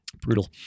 Brutal